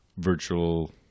Virtual